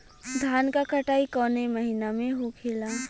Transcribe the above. धान क कटाई कवने महीना में होखेला?